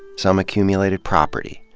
some accumulated property.